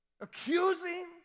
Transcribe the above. accusing